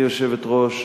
גברתי היושבת-ראש,